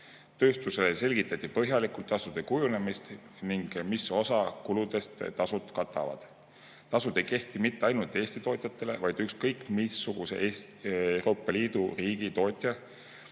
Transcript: Tööstusele selgitati põhjalikult tasude kujunemist ning seda, mis osa kuludest tasud katavad. Tasud ei kehti mitte ainult Eesti tootjatele, vaid ükskõik missuguse Euroopa Liidu riigi tootja